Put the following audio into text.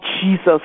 Jesus